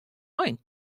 ein